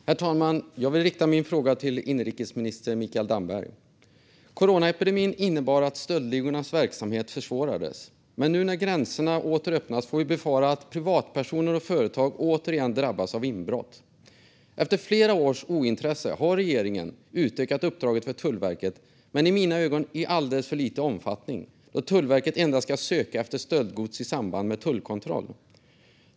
Herr talman! Jag vill rikta min fråga till inrikesminister Mikael Damberg. Coronaepidemin innebar att stöldligornas verksamhet försvårades. Men nu när gränserna åter öppnas får vi befara att privatpersoner och företag återigen drabbas av inbrott. Efter flera års ointresse har regeringen utökat uppdraget för Tullverket. Men det är i mina ögon i alldeles för liten omfattning, då Tullverket endast ska söka efter stöldgods i samband med tullkontroll.